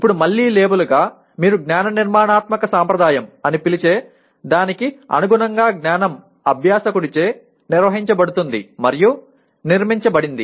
ఇప్పుడు మళ్ళీ లేబుల్గా మీరు జ్ఞాన నిర్మాణాత్మక సంప్రదాయం అని పిలిచే దానికి అనుగుణంగా జ్ఞానం అభ్యాసకుడిచే నిర్వహించబడుతుంది మరియు నిర్మించబడింది